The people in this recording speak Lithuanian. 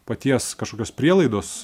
paties kažkokios prielaidos